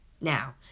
Now